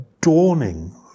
dawning